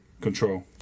Control